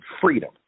freedom